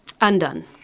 Undone